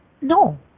No